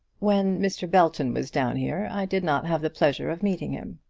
when mr. belton was down here i did not have the pleasure of meeting him.